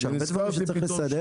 יש הרבה דברים שצריך לסדר.